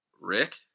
Rick